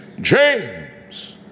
James